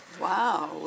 Wow